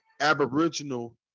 aboriginal